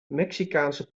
mexicaanse